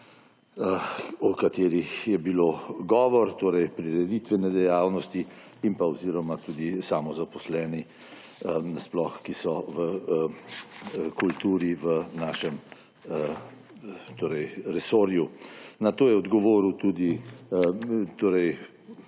o katerih je bilo govora; torej prireditvene dejavnosti in oziroma tudi samozaposleni sploh, ki so v kulturi v našem resorju. Na to je odgovoril tudi